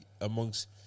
amongst